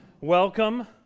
welcome